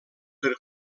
per